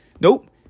Nope